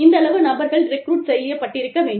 இந்தளவு நபர்கள் ரெக்ரூட் செய்யப்பட்டிருக்க வேண்டும்